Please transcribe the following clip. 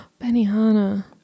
Benihana